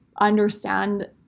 understand